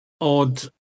Odd